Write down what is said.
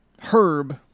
Herb